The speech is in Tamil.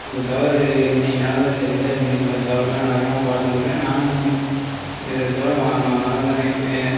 இந்த தவறு இன்றைக்கு நடந்தது சரி சார் இனிமேல் இந்த மாதிரி தவறு எல்லாம் நடக்காமல் பார்த்துக்கங்க நானும் இதை இத்தோடு மறந்துடறேன்